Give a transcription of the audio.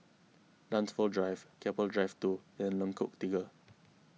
Dunsfold Drive Keppel Drive two and Lengkok Tiga